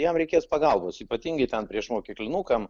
jam reikės pagalbos ypatingai ten priešmokyklinukam